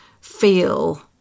feel